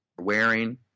wearing